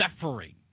suffering